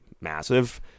massive